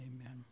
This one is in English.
Amen